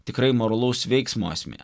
tikrai moralaus veiksmo esmė